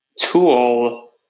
tool